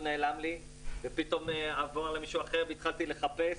נעלם לי ופתאום עברו למישהו אחר והתחלתי לחפש,